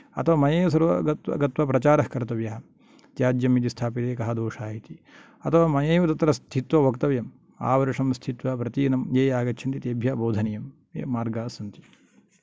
अथवा मया एव सर्वत्र ग गत्वा प्रचारः कर्तव्यः त्याज्यं यदि स्थाप्यते तर्हि कः दोषः इति अथवा मया एव तत्र स्थित्वा वक्तव्यं आवर्षं स्थित्वा प्रतिदिनम् ये ये आगच्छन्ति तेभ्यः भोधनीयं ये मार्गः सन्ति